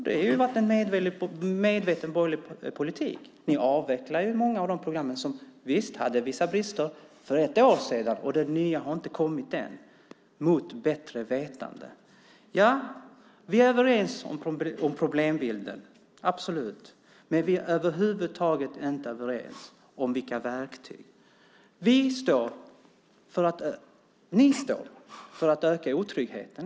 Det har varit en medveten borgerlig politik. Ni avvecklade många av de program som, javisst, hade vissa brister för ett år sedan, och de nya har inte kommit än - mot bättre vetande. Ja, vi är överens om problembilden, absolut. Men vi är över huvud taget inte överens om verktygen. Ni står för att öka otryggheten.